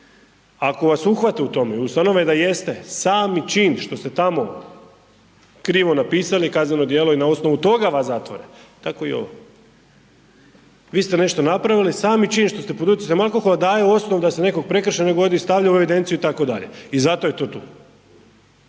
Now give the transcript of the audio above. Ako vas uhvate u tome i ustanove da jeste, sami čin što ste tamo krivo napisali kazneno djelo je i na osnovu toga vas zatvore, tako i ovo. Vi ste nešto napravili, sami čin što ste pod utjecajem alkohola daje osnovu da se ste u nekoj prekršajnoj …/Govornik se ne razumije/…stavlja u evidenciju itd. i zato je to tu.